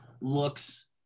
looks